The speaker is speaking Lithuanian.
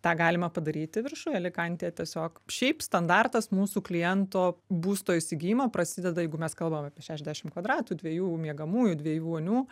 tą galima padaryti viršuj alikantėj tiesiog šiaip standartas mūsų kliento būsto įsigijimo prasideda jeigu mes kalbam apie šešiasdešim kvadratu dviejų miegamųjų dviejų vonių